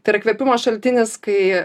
tai yra įkvėpimo šaltinis kai